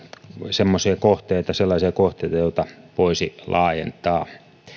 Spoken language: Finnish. semmoisia kohteita joita voisi laajentaa